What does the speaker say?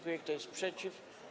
Kto jest przeciw?